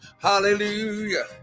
Hallelujah